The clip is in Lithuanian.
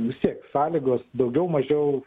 vistiek sąlygos daugiau mažiau